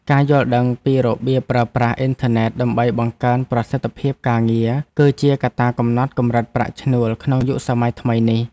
ការយល់ដឹងពីរបៀបប្រើប្រាស់អ៊ីនធឺណិតដើម្បីបង្កើនប្រសិទ្ធភាពការងារ គឺជាកត្តាកំណត់កម្រិតប្រាក់ឈ្នួលក្នុងយុគសម័យថ្មីនេះ។